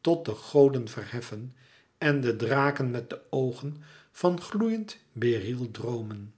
tot de goden verheffen en de draken met de oogen van gloeiend beryl droomen